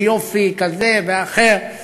ליופי כזה ואחר,